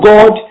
God